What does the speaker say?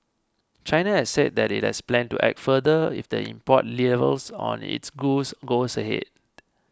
China has said that it has a plan to act further if the import levies on its goods goes ahead